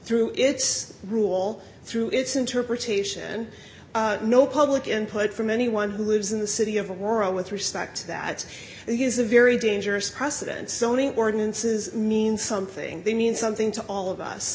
through its rule through its interpretation no public input from anyone who lives in the city of aurora with respect that he is a very dangerous precedent zoning ordinances mean something they mean something to all of us